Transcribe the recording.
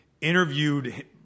interviewed